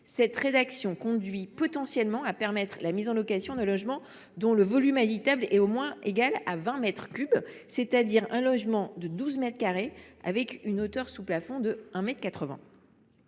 telle rédaction conduit potentiellement à permettre la mise en location de logements dont le volume habitable est au moins égal à 20 mètres cubes, c’est à dire de logements de 12 mètres carrés possédant une hauteur sous plafond de 1,8 mètre.